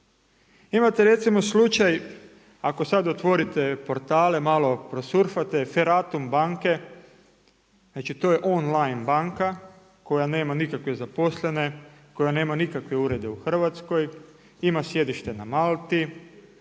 Imate recimo slučaj ako sad otvorite portale, malo prosurfate Feratum banke. Znači to je on line banka koja nema nikakve zaposlene, koja nema nikakve urede u Hrvatskoj. Ima sjedište na Malti.